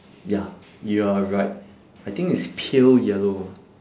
ya you are right I think it's pale yellow